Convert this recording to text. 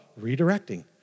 redirecting